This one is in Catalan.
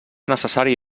necessari